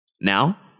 Now